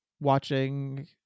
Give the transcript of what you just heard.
watching